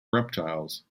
reptiles